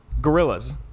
gorillas